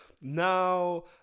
Now